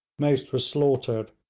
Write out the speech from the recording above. most were slaughtered,